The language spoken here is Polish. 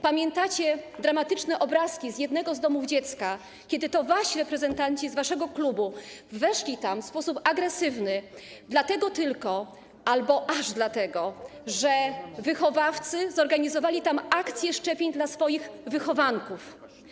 Pamiętacie dramatyczne obrazki z jednego z domów dziecka, do którego wasi reprezentanci, z waszego klubu, weszli w sposób agresywny dlatego tylko - albo aż dlatego - że wychowawcy zorganizowali tam akcję szczepień dla swoich wychowanków.